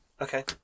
Okay